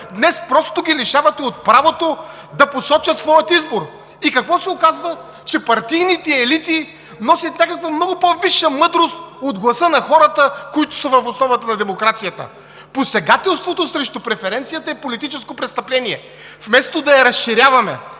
Днес просто ги лишавате от правото да посочат своя избор! И какво се оказва, че партийните елити носят някаква много по-висша мъдрост от гласа на хората, които са в основата на демокрация. Посегателството срещу преференцията е политическо престъпление! Вместо да я разширяваме,